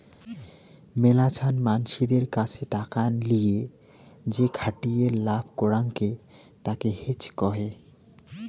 মেলাছান মানসিদের কাসে টাকা লিয়ে যেখাটিয়ে লাভ করাঙকে তাকে হেজ কহে